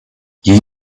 you